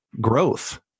growth